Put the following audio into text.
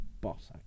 Boss